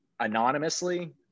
anonymously